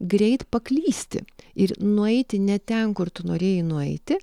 greit paklysti ir nueiti ne ten kur tu norėjai nueiti